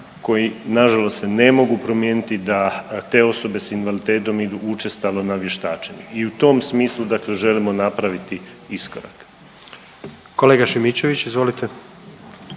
koji nažalost se ne mogu promijeniti, da te osobe s invaliditetom idu učestalo na vještačenje i u tom smislu dakle želimo napraviti iskorak. **Jandroković, Gordan